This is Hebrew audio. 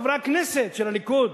חברי הכנסת של הליכוד,